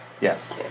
Yes